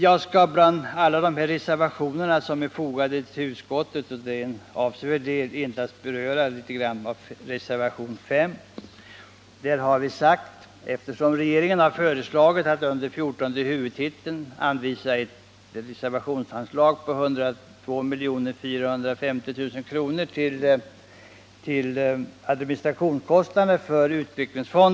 Jag skall av alla de reservationer som är fogade till utskottets vetänkande— och det är en avsevärd mängd — endast beröra en, reservationen vå Regeringen har under fjortonde huvudtiteln föreslagit ett reservationsanslag på 102 450 000 kr. till utvecklingsfondernas administrationskostnader.